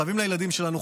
חייבים לילדים שלנו,